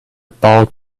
bald